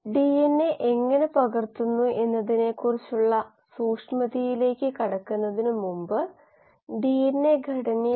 അതിനാൽ കോശത്തിലേക്കുള്ള ജനലുകൾ കോശത്തിൻറെ കോശ നിലയുടെ സൂചകങ്ങളാണ് അല്ലെങ്കിൽ കോശത്തിൻറെ ഉപാപചയ നിലയുടെ സൂചകങ്ങളാണ്